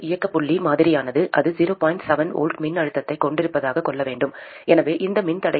7 V மின்னழுத்தத்தைக் கொண்டிருப்பதாகக் கொள்ள வேண்டும் எனவே இந்த மின்தடையின் மூலம் 0